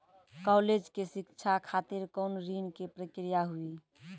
College के शिक्षा खातिर कौन ऋण के प्रक्रिया हुई?